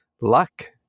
luck